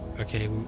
Okay